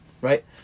Right